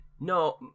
No